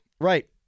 Right